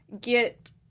get